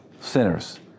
sinners